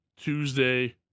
Tuesday